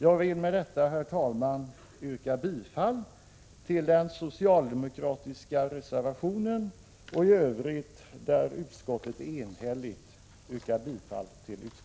Jag vill med detta yrka bifall till den socialdemokratiska reservationen och i övrigt, där utskottet är enhälligt, till utskottets hemställan.